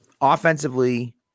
offensively